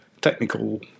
technical